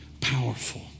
powerful